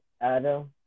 Adam